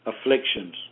afflictions